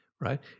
right